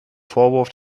vorwurf